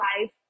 life